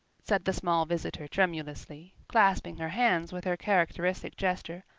said the small visitor tremulously, clasping her hands with her characteristic gesture,